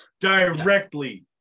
directly